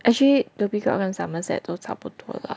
actually Dhoby Ghaut 跟 Somerset 都差不多 lah